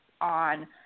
on